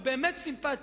הוא באמת סימפתי,